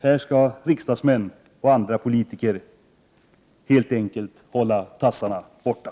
Här skall riksdagsmän och andra politiker helt enkelt hålla tassarna borta.